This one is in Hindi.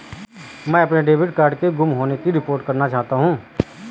मैं अपने डेबिट कार्ड के गुम होने की रिपोर्ट करना चाहता हूँ